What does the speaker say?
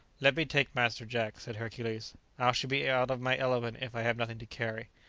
let me take master jack, said hercules i shall be out of my element if i have nothing to carry.